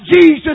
Jesus